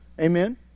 Amen